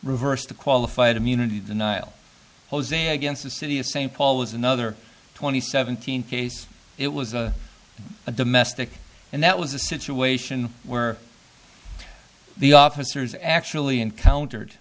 reverse the qualified immunity denial jose against the city of st paul is another twenty seven thousand cases it was a domestic and that was a situation where the officers actually encountered